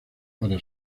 para